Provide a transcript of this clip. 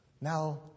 Now